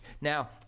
Now